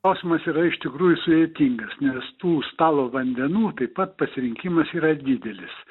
klausimas yra iš tikrųjų sudėtingas nes tų stalo vandenų taip pat pasirinkimas yra didelis